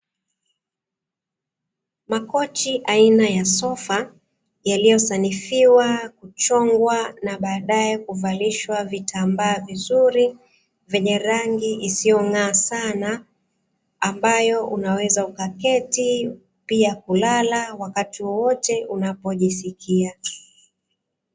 Makochi aina ya sofa yaliyosanifiwa kuchongwa na baadaye kuvalishwa vitambaa vizuri vyenye rangi isiyong'aa sana, ambayo unaweza ukaketi pia kulala wakati wowote unapojisikia.